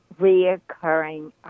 reoccurring